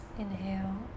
Inhale